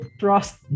trust